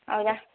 ಹೌದಾ